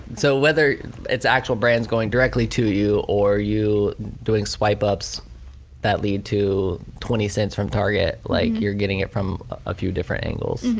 so whether it's actual brands going directly to you or you doing swipe ups that lead to twenty cents from target, like you're getting it from a few different angles.